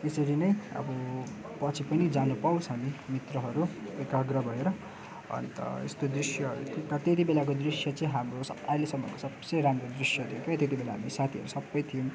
यसरी नै अब पछि पनि जान पाओस् हामी मित्रहरू एकाग्र भएर अन्त यस्तो दृश्यहरू टिप्न त्यति बेलाको दृश्य चाहिँ हाम्रो अहिलेसम्मको सबसे राम्रो दृश्य थियो के त्यति बेला हामी साथीहरू सबै थियौँ